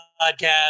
podcast